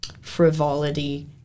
frivolity